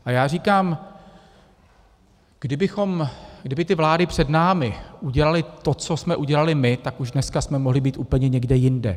A já říkám, kdyby ty vlády před námi udělaly to, co jsme udělali my, tak už dneska jsme mohli být úplně někde jinde.